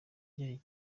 jye